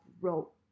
wrote